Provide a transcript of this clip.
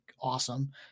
awesome